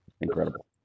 incredible